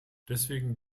deswegen